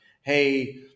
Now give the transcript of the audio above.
hey